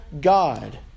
God